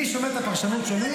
מי שומע את הפרשנות שלי?